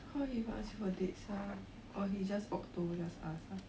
how he even ask you for date sia or he just auto just ask uh